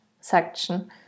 section